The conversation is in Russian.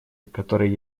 которые